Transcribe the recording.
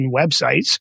websites